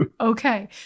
Okay